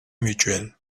mutuelle